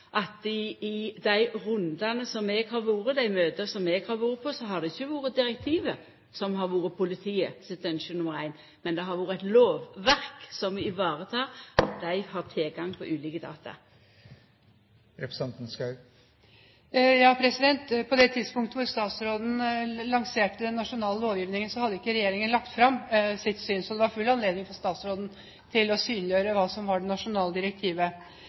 seia at i dei rundane som eg har vore med i, i dei møta eg har vore på, har det ikkje vore direktivet som har vore politiet sitt ynske nr. 1. Det har vore eit lovverk som tek vare på at dei har tilgang til ulike data. På det tidspunktet hvor statsråden lanserte den nasjonale lovgivningen, hadde ikke regjeringen lagt fram sitt syn, så det var full anledning for statsråden til å synliggjøre hva som var det